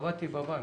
עבדתי בבנק,